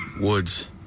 woods